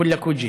כולך פנים.